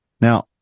Now